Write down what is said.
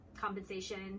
compensation